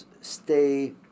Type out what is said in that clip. stay